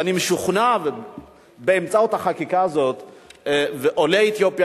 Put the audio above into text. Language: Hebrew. ואני משוכנע: באמצעות החקיקה הזאת עולי אתיופיה